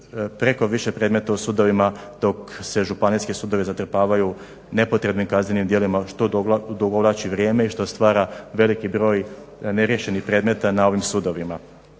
prekoviše predmeta u sudovima dok se županijski sudovi zatrpavaju nepotrebnim kaznenim djelima što odugovlači vrijeme i što stvara veliki broj neriješenih predmeta na ovim sudovima.